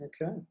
Okay